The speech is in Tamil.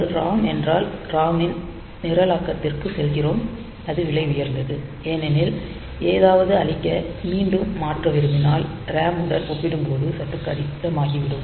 அது ROM என்றால் ROM ன் நிரலாக்கத்திற்கு செல்கிறோம் அது விலை உயர்ந்தது ஏனென்றால் ஏதாவது அழிக்க மீண்டும் மாற்ற விரும்பினால் RAM முடன் ஒப்பிடும்போது சற்று கடினமாகிவிடும்